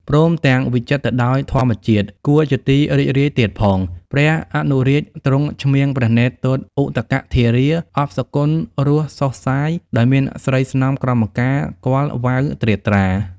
ព្រមទាំងវិចិត្រទៅដោយធម្មជាតិគួរជាទីរីករាយទៀតផង ព្រះអនុរាជទ្រង់ឆ្មៀងព្រះនេត្រទតឧទកធារា អប់សុគន្ធរសសុសសាយ ដោយមានស្រីស្នំក្រមការ គាល់ហ្វៅត្រៀបត្រា ។